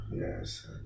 Yes